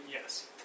yes